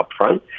upfront